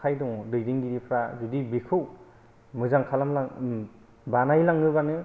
आखाय दङ दैदेनगिरिफ्रा बिदि बेखौ मोजां खालामलां बानायलाङोबानो